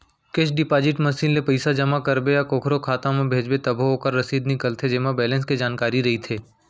cash deposit machine ले पइसा जमा करबे या कोकरो खाता म भेजबे तभो ओकर रसीद निकलथे जेमा बेलेंस के जानकारी रइथे